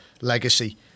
legacy